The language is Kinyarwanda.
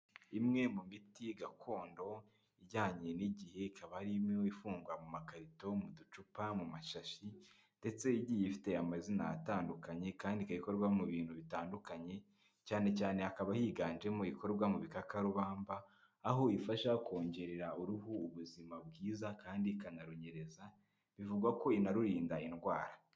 Imwe mu miti gakondo ijyanye n'igihe, ikaba ari imwe ifungwa mu makarito mu ducupa, mu mashashi ndetse igiye ifite amazina atandukanye kandi ikaba ikorwa mu bintu bitandukanye, cyane cyane hakaba higanjemo ikorwa mu bikakarubamba aho ifasha kongerera uruhu ubuzima bwiza kandi ikanarunyereza, bivugwa ko inarurinda indwara.